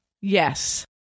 yes